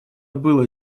было